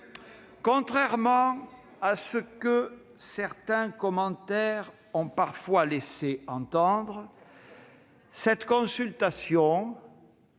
Contrairement à ce que certains commentaires ont parfois laissé entendre, cette consultation-